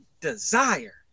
desire